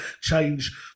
change